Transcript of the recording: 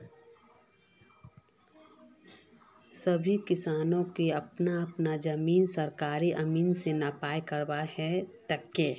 सभी किसानक अपना अपना जमीन सरकारी अमीन स नापी करवा ह तेक